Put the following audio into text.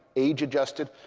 age adjusted,